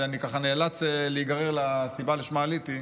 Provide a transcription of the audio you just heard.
ואני נאלץ להיגרר לסיבה שלשמה עליתי,